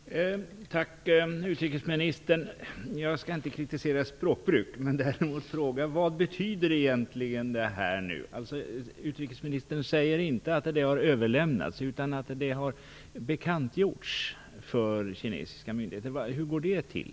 Fru talman! Tack, utrikesministern! Jag skall inte kritisera språkbruk, däremot fråga: Vad betyder egentligen detta? Utrikesministern säger inte att protesterna har överlämnats utan att de har bekantgjorts för kinesiska myndigheter. Hur går det till?